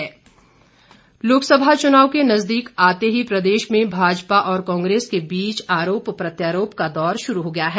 कांग्रेस प्रचार लोकसभा चुनाव के नजदीक आते ही प्रदेश में भाजपा और कांग्रेस के बीच आरोप प्रत्यारोप का दौर शुरू हो गया है